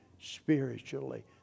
spiritually